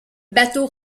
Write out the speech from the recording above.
bateau